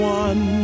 one